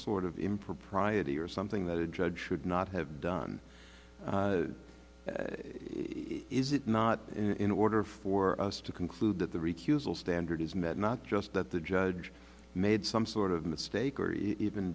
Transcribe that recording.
sort of impropriety or something that a judge should not have done is it not in order for us to conclude that the refusal standard is met not just that the judge made some sort of mistake or even